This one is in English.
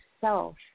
self